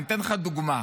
אני אתן לך דוגמה.